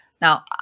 Now